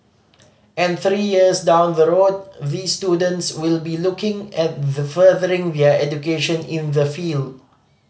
and three years down the road these students will be looking at the furthering their education in the field